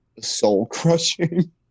soul-crushing